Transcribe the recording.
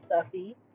stuffy